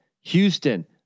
Houston